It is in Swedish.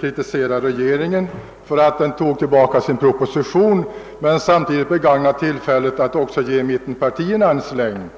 kritiserar regeringen för att den tog tillbaka sin proposition men begagnar samtidigt tillfället att ge mittenpartierna en släng.